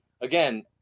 again